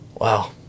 Wow